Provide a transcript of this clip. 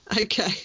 Okay